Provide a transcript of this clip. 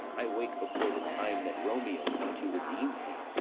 i wake before the time that romeo come to redeem me?